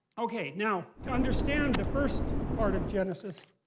okay, now, to understand the first part of genesis,